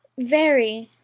very,